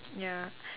ya